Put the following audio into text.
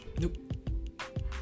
Nope